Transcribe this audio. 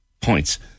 points